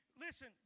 Listen